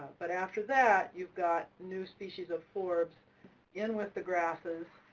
but after that, you've got new species of forbs in with the grasses.